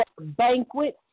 banquet